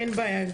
אין בעיה.